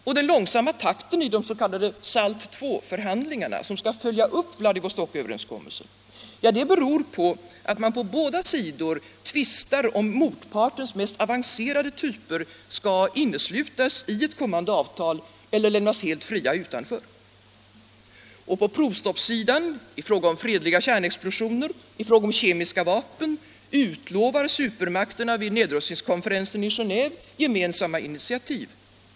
Och den långsamma takten i de s.k. SALT-II-förhandlingarna, som skall följa upp Vladivostoköverenskommelsen, beror på att man på båda sidor tvistar om motpartens mest avancerade typer skall inneslutas i ett kommande avtal eller lämnas helt fria utanför. På provstoppssidan, i fråga om fredliga kärnexplosioner, i fråga om kemiska vapen, utlovar supermakterna vid nedrustningskonferensen i Genéve gemensamma initiativ.